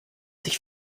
sich